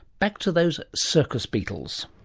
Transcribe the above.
back to those circus beetles.